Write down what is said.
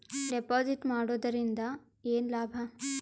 Deposit ಮಾಡುದರಿಂದ ಏನು ಲಾಭ?